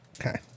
Okay